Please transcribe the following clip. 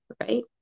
right